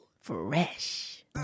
fresh